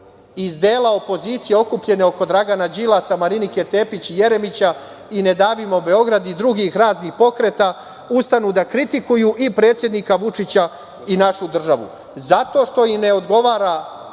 iz dela opozicije okupljeni oko Dragana Đilasa, Marinike Tepić, Jeremića i Ne davimo Beograd i drugih raznih pokreta ustanu da kritikuju i predsednika Vučića i našu državu, zato što im ne odgovara